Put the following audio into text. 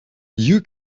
you